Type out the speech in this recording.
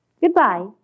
Goodbye